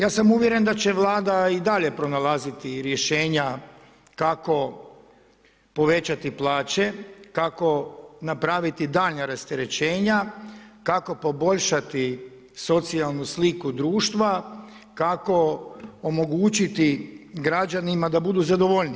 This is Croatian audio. Ja sam uvjeren da će Vlada i dalje pronalaziti i rješenja kako povećati plaće, kako napraviti daljnja rasterećenja, kako poboljšati socijalnu sliku društva, kako omogućiti građanima da budu zadovoljniji.